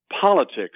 politics